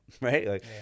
right